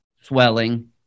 swelling